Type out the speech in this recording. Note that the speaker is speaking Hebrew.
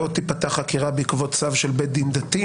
לא תיפתח חקירה בעקבות צו של בית דין דתי